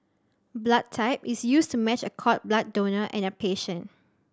blood type is used to match a cord blood donor and a patient